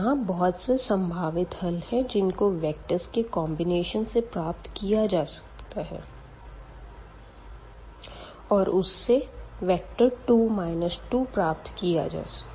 यहाँ बहुत से सम्भावित हल है जिनको वेक्टर्ज़ के कोमबिनेशन से प्राप्त किया जा सके और उस से वेक्टर 2 2 प्राप्त किया जा सके